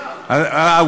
שר לשיתופי פעולה.